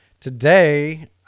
Today